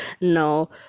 no